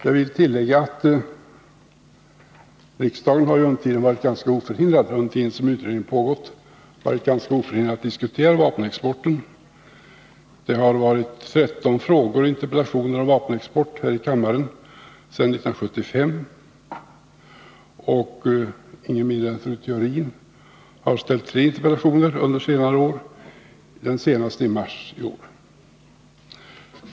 Jag vill tillägga att riksdagen under tiden som utredningen pågått har varit ganska oförhindrad att diskutera vapenexporten. Det har framställts 13 frågor och interpellationer om vapenexport här i kammaren sedan 1975. Ingen mindre än fru Theorin har framställt tre interpellationer under senare år, den senaste i mars i år.